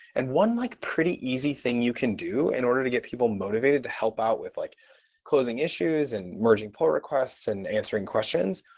and one like pretty easy thing you can do in order to get people motivated to help out with like closing issue and merging port requests and answering questions,